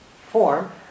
form